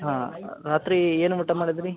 ಹಾಂ ರಾತ್ರಿ ಏನು ಊಟ ಮಾಡಿದ್ರಿ